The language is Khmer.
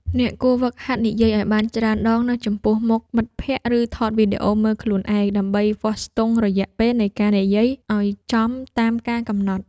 អ្នកគួរហ្វឹកហាត់និយាយឱ្យបានច្រើនដងនៅចំពោះមុខមិត្តភក្តិ ឬថតវីដេអូមើលខ្លួនឯង ដើម្បីវាស់ស្ទង់រយៈពេលនៃការនិយាយឱ្យចំតាមការកំណត់។